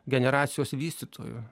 generacijos vystytojų